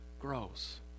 grows